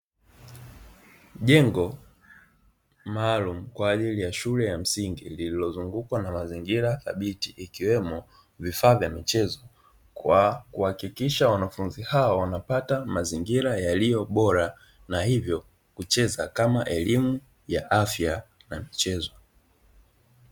Jengo maalumu kwa ajili ya shule ya msingi, lililozungukwa na mazingira thabiti ikiwemo vifaa vya michezo, kwa kuhakikisha wanafunzi hao wanapata mazingira yaliyo bora, na hivyo kucheza kama elimu ya afya na michezo.